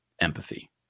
empathy